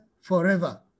forever